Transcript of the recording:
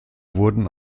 wurden